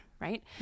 right